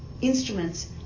instruments